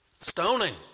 Stoning